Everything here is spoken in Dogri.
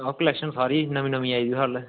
ते चलो क्लेक्शन सारी नमीं नमीं आई दी ऐ कल्ल